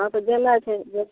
हँ तऽ जेनाइ छै